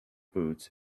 boots